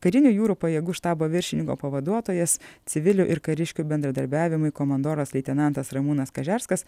karinių jūrų pajėgų štabo viršininko pavaduotojas civilių ir kariškių bendradarbiavimui komandoras leitenantas ramūnas kažerskas